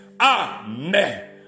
Amen